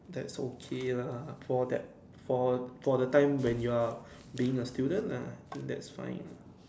that's okay lah for that for the time when you are being a student lah think that's fine lah